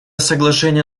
соглашение